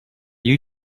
you